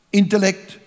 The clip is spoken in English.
intellect